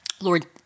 Lord